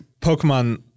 Pokemon